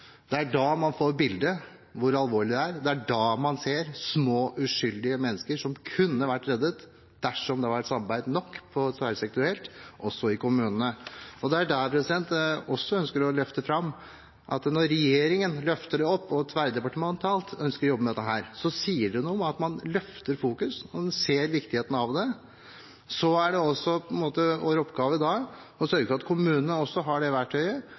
Da fikk man et bilde av hvor alvorlig det er. Da fikk man se små, uskyldige mennesker som kunne vært reddet dersom det hadde vært samarbeidet nok tverrsektorielt, også i kommunene. Jeg ønsker også å løfte fram at når regjeringen løfter det opp og ønsker å jobbe med dette tverrdepartementalt, sier det noe om at man løfter fokus og ser viktigheten av det. Det er vår oppgave å sørge for at også kommunene har det verktøyet,